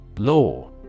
Law